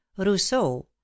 rousseau